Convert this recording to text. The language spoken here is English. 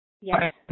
Yes